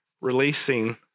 releasing